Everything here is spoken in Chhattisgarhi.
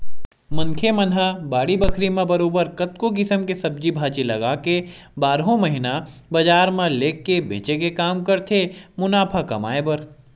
मनखे मन ह बाड़ी बखरी म बरोबर कतको किसम के सब्जी भाजी लगाके बारहो महिना बजार म लेग के बेंचे के काम करथे मुनाफा कमाए बर